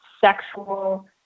sexual